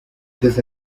desde